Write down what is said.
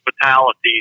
fatalities